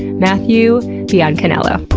matthew biancaniello.